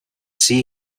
she